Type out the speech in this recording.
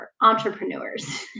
entrepreneurs